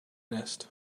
nest